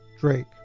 Drake